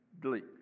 Delete